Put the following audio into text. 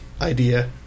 idea